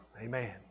Amen